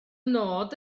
nod